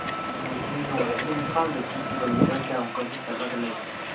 ꯌꯥꯝ ꯊꯤꯅ ꯅꯨꯡꯉꯥꯏ ꯑꯗꯣ ꯏꯝꯐꯥꯜꯗꯒꯤ ꯀꯤꯂꯣꯃꯤꯇꯔ ꯀꯌꯥꯃꯨꯛꯀꯗꯤ ꯆꯠꯂꯒ ꯂꯩꯒꯦ